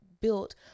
built